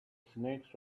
snakes